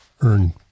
earn